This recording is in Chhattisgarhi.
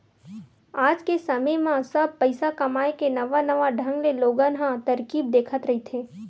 आज के समे म सब पइसा कमाए के नवा नवा ढंग ले लोगन ह तरकीब देखत रहिथे